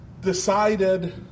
decided